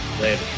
Later